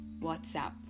WhatsApp